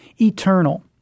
eternal